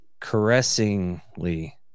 Caressingly